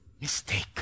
Mistake